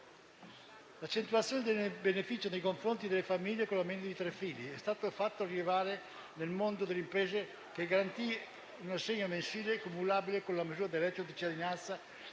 l'accentuazione del beneficio nei confronti delle famiglie con almeno tre figli: com'è stato fatto rilevare dal mondo delle imprese, garantire un assegno mensile cumulabile con la misura del reddito di cittadinanza